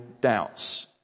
doubts